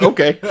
Okay